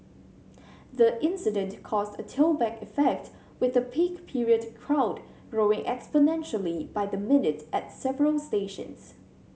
the incident caused a tailback effect with the peak period crowd growing exponentially by the minute at several stations